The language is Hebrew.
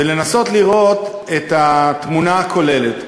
לנסות לראות את התמונה הכוללת.